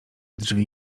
drzwi